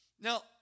Now